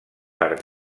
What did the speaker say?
arcs